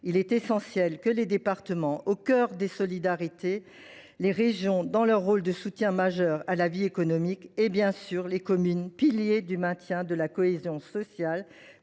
Il est essentiel que les départements, qui sont au cœur des solidarités, les régions, dans leur rôle de soutien majeur à la vie économique, et bien sûr, les communes, piliers du maintien de la cohésion sociale,